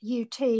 UT